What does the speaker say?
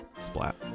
splat